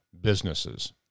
businesses